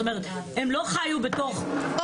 זאת אומרת הם לא חיו בתוך השירות,